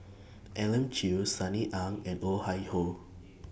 Elim Chew Sunny Ang and Oh Chai Hoo